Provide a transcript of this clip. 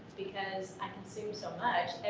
because i consume so much,